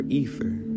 ether